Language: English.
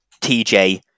TJ